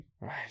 right